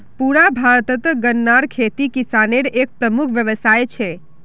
पुरा भारतत गन्नार खेती किसानेर एक प्रमुख व्यवसाय छे